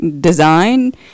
design